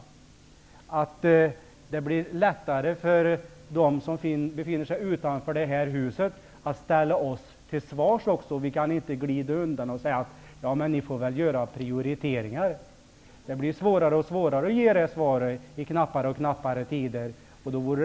Det blir då också lättare för dem som befinner sig utanför det här huset att ställa oss till svars. Vi kan då inte glida undan med att säga till dem att de själva får göra prioriteringar. Det blir allt svårare att ge det svaret när tiderna blir allt knappare.